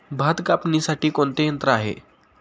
भात कापणीसाठी कोणते यंत्र आहे?